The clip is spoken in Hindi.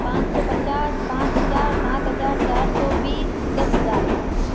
पाँच सौ पचास पाँच हजार सात हजार चार सौ बीस दस हजार